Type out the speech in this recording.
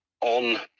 on